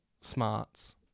smarts